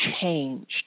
changed